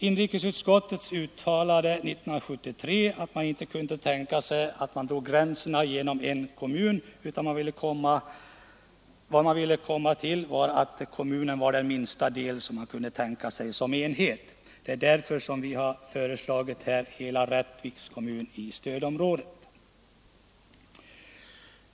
Inrikesutskottet uttalade 1973 att det inte kunde tänka sig att man drog gränsen genom en kommun, utan kommunen var den minsta del utskottet kunde tänka sig som enhet. Därför har vi föreslagit att hela Rättviks kommun skall komma in i stödområdet.